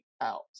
out